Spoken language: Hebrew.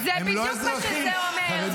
זה בדיוק מה שזה אומר.